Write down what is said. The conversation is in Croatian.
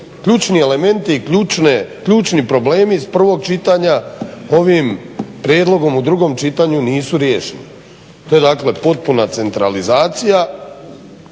ključni elementi i ključni problemi iz 1. čitanja ovim prijedlogom u 2. čitanju nisu riješeni. To je dakle potpuna centralizacija